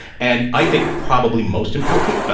and i think probably most important,